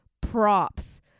Props